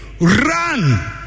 Run